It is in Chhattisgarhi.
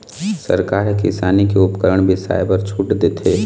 सरकार ह किसानी के उपकरन बिसाए बर छूट देथे